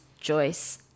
Joyce